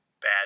bad